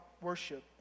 worship